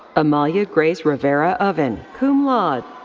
amalia grace rivera-oven, cum laude.